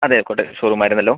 അതെ കോട്ടയത്തെ ഷോറൂം ആയിരുന്നല്ലൊ